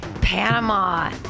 Panama